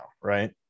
right